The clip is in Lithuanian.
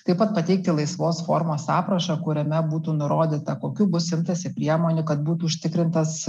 taip pat pateikti laisvos formos aprašą kuriame būtų nurodyta kokių bus imtasi priemonių kad būtų užtikrintas